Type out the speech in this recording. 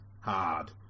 hard